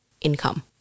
income